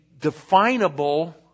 definable